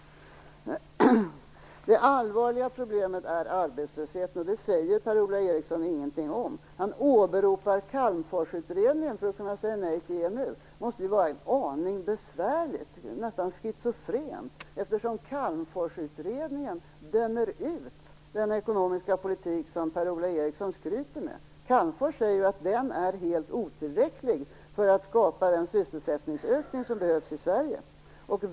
Det allvarliga problemet är arbetslösheten, och det säger Per-Ola Eriksson ingenting om. Per-Ola Eriksson åberopar Calmforsutredningen för att kunna säga nej till EMU. Det måste vara en aning besvärligt, nästan schizofrent, eftersom Calmforsutredningen dömer ut den ekonomiska politik som Per-Ola Eriksson skryter med. Calmfors säger ju att den är helt otillräcklig för att skapa den sysselsättningsökning som behövs i Sverige.